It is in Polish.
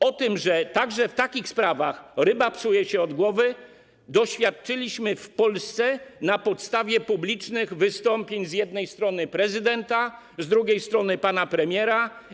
O tym, że także w takich sprawach ryba psuje się od głowy, dowiedzieliśmy się w Polsce na podstawie publicznych wystąpień z jednej strony prezydenta, a z drugiej strony pana premiera.